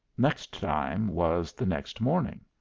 next time was the next morning.